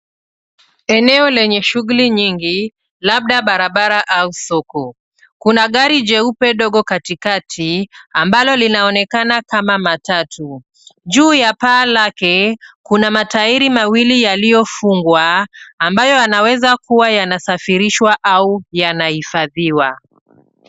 Eneo lenye shughuli nyingi labda barabara au soko. Kuna gari jeupe ndogo katikati ambalo linaonekana kama matatu. Juu ya paa lake kuna matairi mawili yaliyofungwa ambayo yanaweza kuwa yanasafirishwa au yanahifadhiwa.